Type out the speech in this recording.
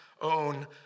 own